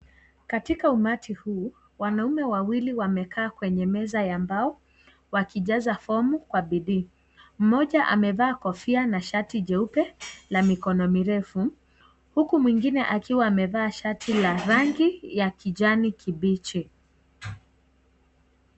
Katika umati huu wanaume wawili wamekaa kwenye meza ya mbao wakijaza fomu kwa bidii, mmoja amevaa kofia na shati jeupe la mikono mirefu, huku mwingine akiwa amevaa shati la rangi ya kijani kibichi.